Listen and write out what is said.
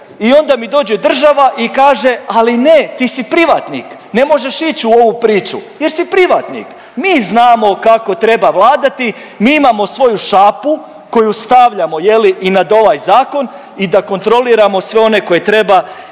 I onda mi dođe država i kaže, ali ne ti si privatnik, ne možeš ići u ovu priču jer si privatnik. Mi znamo kako treba vladati, mi imamo svoju šapu koju stavljamo je li i nad ovaj zakon i da kontroliramo sve one koje treba